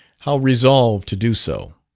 how resolve to do so?